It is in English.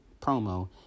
promo